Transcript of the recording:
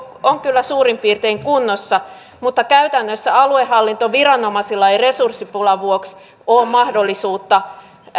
kyllä suurin piirtein kunnossa mutta käytännössä aluehallintoviranomaisilla ei resurssipulan vuoksi ole mahdollisuutta